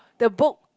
the book